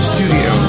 Studio